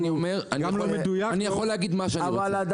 אני יכול להגיד מה שאני רוצה.